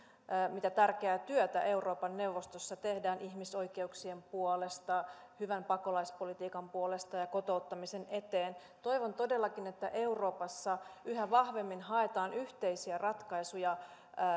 mitä tärkeää työtä euroopan neuvostossa tehdään ihmisoikeuksien puolesta hyvän pakolaispolitiikan puolesta ja kotouttamisen eteen toivon todellakin että euroopassa yhä vahvemmin haetaan yhteisiä ratkaisuja